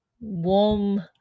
warm